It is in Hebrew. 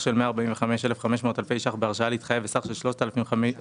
של 145,500 אלפי ₪ בהרשאה להתחייב וסך של 3,500